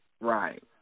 right